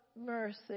mercy